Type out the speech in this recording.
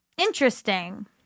Interesting